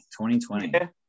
2020